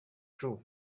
true